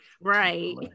Right